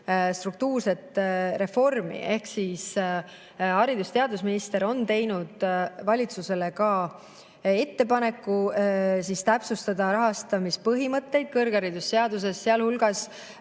struktuurset reformi. Ehk haridus‑ ja teadusminister on teinud valitsusele ettepaneku täpsustada rahastamispõhimõtteid kõrgharidusseaduses, sealhulgas